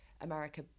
America